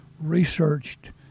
researched